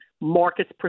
Markets